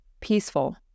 peaceful